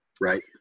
right